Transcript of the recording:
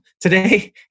today